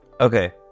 Okay